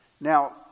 Now